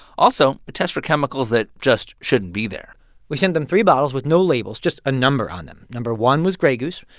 also, it tests for chemicals that just shouldn't be there we sent them three bottles with no labels just a number on them. number one was grey goose.